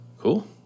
Cool